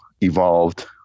evolved